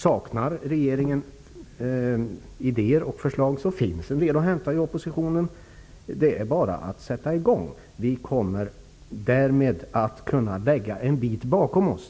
Saknar regeringen idéer och förslag, finns en del att hämta hos oppositionen. Det är bara att sätta i gång. Vi kommer därmed att kunna lägga en bit bakom oss.